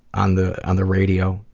on the on the radio,